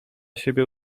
siebie